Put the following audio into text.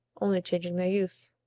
only changing their use.